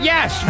Yes